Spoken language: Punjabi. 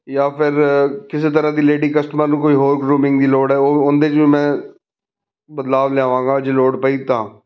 ਜਾਂ ਫਿਰ ਕਿਸੇ ਤਰ੍ਹਾਂ ਦੀ ਲੇਡੀ ਕਸਟਮਰ ਨੂੰ ਕੋਈ ਹੋਰ ਗਰੂਮਿੰਗ ਦੀ ਲੋੜ ਹੈ ਉਹ ਉਹਦੇ 'ਚ ਵੀ ਮੈਂ ਬਦਲਾਵ ਲਿਆਵਾਂਗਾ ਜੇ ਲੋੜ ਪਈ ਤਾਂ